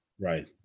Right